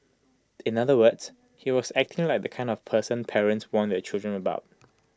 in other words he was acting like the kind of person parents warn their children about